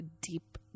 deep